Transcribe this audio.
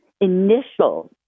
initial